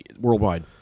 worldwide